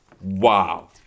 Wow